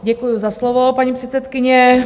Děkuji za slovo, paní předsedkyně.